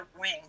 wing